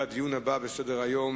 לדיון הבא בסדר-היום,